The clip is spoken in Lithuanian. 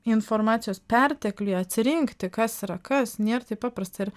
informacijos pertekliui atsirinkti kas yra kas nėr taip paprasta ir